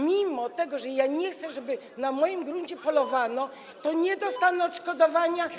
Mimo że ja nie chcę, żeby na moim gruncie polowano, nie dostanę odszkodowania.